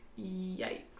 yikes